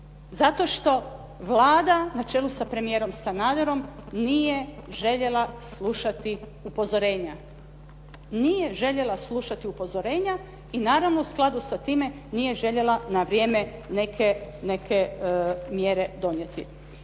zato što Vlada na čelu sa premijerom Sanaderom nije željela slušati upozorenja. Nije željela slušati upozorenja i naravno, u skladu sa time nije željela na vrijeme neke mjere donijeti.